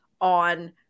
on